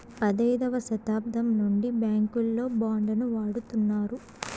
పదైదవ శతాబ్దం నుండి బ్యాంకుల్లో బాండ్ ను వాడుతున్నారు